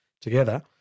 together